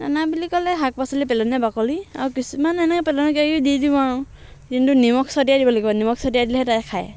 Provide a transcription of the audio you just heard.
দানা বুলি ক'লে শাক পাচলি পেলনীয়া বাকলি আৰু কিছুমান এনেই পেলনীয়া কিবাকিবি দি দিওঁ আৰু কিন্তু নিমখ ছটিয়াই দিব লাগিব নিমখ ছটিয়াই দিলেহে তাই খায়